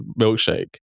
Milkshake